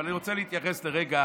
אבל אני רוצה להתייחס לרגע